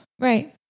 Right